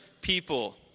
people